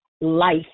life